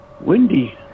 windy